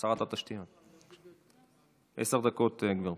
עשר דקות מלאות.